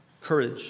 courage